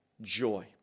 joy